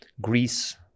Greece